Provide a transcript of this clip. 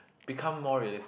because more realist